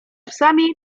psami